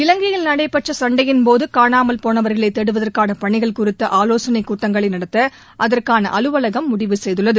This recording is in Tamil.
இலங்கையில் நடைபெற்ற சண்டையின்போது காணாமல் போனவர்களை தேடுவதற்கான பணிகள் குறித்த ஆலோசனைக் கூட்டங்களை நடத்த அதற்கான அலுவலகம் முடிவு செய்துள்ளது